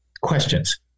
questions